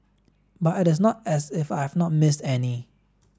but it is not as if I have not missed any